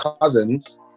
cousins